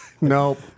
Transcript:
Nope